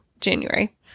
January